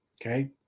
okay